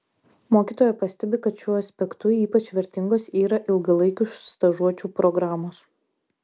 mokytoja pastebi kad šiuo aspektu ypač vertingos yra ilgalaikių stažuočių programos